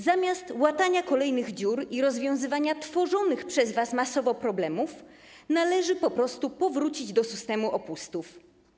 Zamiast łatania kolejnych dziur i rozwiązywania tworzonych przez was masowo problemów, należy po prostu powrócić do systemu opustów.